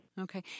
Okay